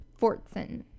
Fortson